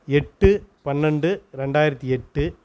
எட்டு பன்னெண்டு ரெண்டாயிரத்தி எட்டு